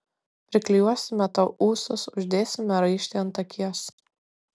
priklijuosime tau ūsus uždėsime raištį ant akies